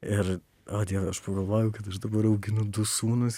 ir o dieve aš pagalvojau kad aš dabar auginu du sūnus